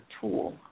tool